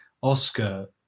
Oscar